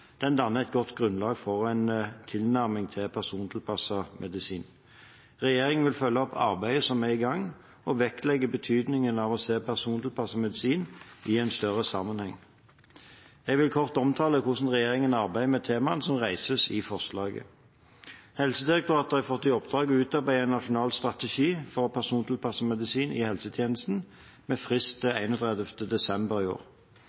danner et godt grunnlag for en tilnærming til persontilpasset medisin. Regjeringen vil følge opp arbeidet som er i gang, og vektlegger betydningen av å se persontilpasset medisin i en større sammenheng. Jeg vil kort omtale hvordan regjeringen arbeider med temaene som reises i forslaget. Helsedirektoratet har fått i oppdrag å utarbeide en nasjonal strategi for persontilpasset medisin i helsetjenesten, med frist 31. desember i år.